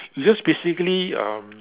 you just basically um